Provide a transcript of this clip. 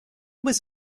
was